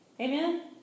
Amen